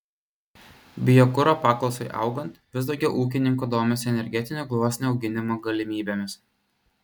biokuro paklausai augant vis daugiau ūkininkų domisi energetinių gluosnių auginimo galimybėmis